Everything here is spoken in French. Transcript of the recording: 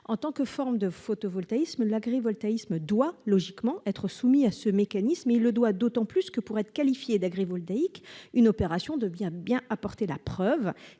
En tant que forme de photovoltaïsme, l'agrivoltaïsme doit logiquement être soumis à un tel mécanisme. Au demeurant, pour être qualifiée d'agrivoltaïque, une opération devra apporter la preuve